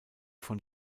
von